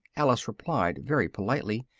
alice replied very politely,